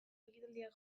ekitaldiak